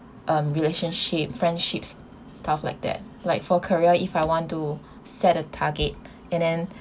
um relationship friendships stuff like that like for career if I want to set a target and then